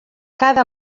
cada